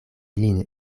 lin